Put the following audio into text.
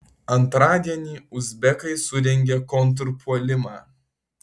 antradienį uzbekai surengė kontrpuolimą